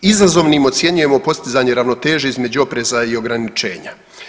Izazovnim ocjenjujemo postizanje ravnoteže između opreza i ograničenja.